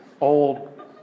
old